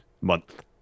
month